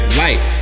light